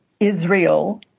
Israel